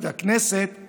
הכנסת היא